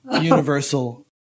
universal